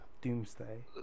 doomsday